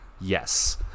yes